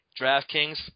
DraftKings